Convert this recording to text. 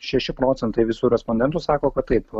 šeši procentai visų respondentų sako kad taip